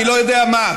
אני לא יודע מה,